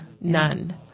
None